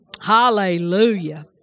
Hallelujah